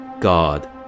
God